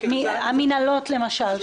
המינהלות למשל,